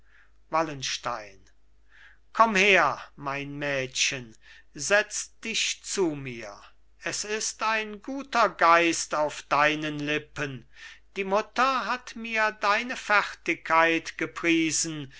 wallenstein komm her mein mädchen setz dich zu mir es ist ein guter geist auf deinen lippen die mutter hat mir deine fertigkeit gepriesen